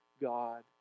God